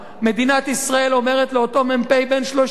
מדינת ישראל אומרת לאותו מ"פ בן 30,